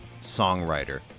songwriter